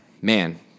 man